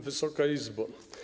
Wysoka Izbo!